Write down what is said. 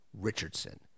Richardson